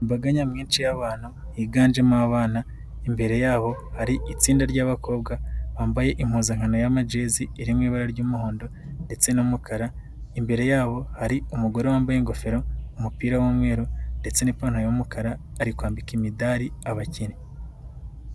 Imbaga nyamwinshi y'abantu higanjemo abana imbere yabo hari itsinda rya'bakobwa bambaye impuzankano ya majezi iri mu ibara ry'umuhondo ndetse n'umukara, imbere yabo hari umugore wambaye ingofero, umupira w'umweru ndetse n'ipantaro y'umukara ari kwambika imidari abakinnyi.